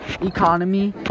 economy